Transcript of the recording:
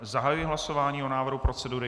Zahajuji hlasování o návrhu procedury.